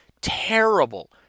terrible